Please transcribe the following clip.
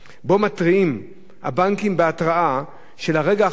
שבה מתריעים הבנקים בהתראה של הרגע האחרון